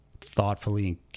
thoughtfully